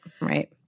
right